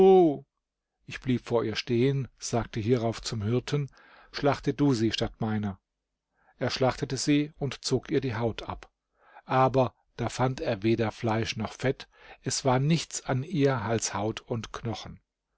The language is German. ich blieb vor ihr stehen und sagte hierauf zum hirten schlachte du sie statt meiner er schlachtete sie und zog ihr die haut ab aber da fand er weder fleisch noch fett es war nichts an ihr als haut und knochen